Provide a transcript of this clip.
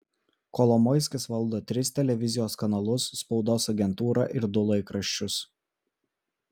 kolomoiskis valdo tris televizijos kanalus spaudos agentūrą ir du laikraščius